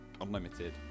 unlimited